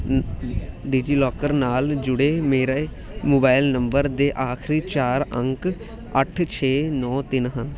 DigiLocker ਨਾਲ ਜੁੜੇ ਮੇਰੇ ਮੋਬਾਈਲ ਨੰਬਰ ਦੇ ਆਖਰੀ ਚਾਰ ਅੰਕ ਅੱਠ ਛੇ ਨੌਂ ਤਿੰਨ ਹਨ